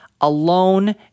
alone